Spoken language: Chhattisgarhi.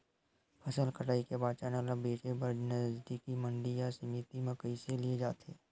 फसल कटाई के बाद चना ला बेचे बर नजदीकी मंडी या समिति मा कइसे ले जाथे?